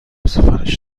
سفارش